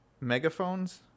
megaphones